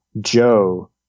Joe